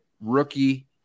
rookie